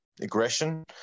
aggression